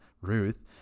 ruth